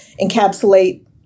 encapsulate